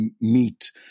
meet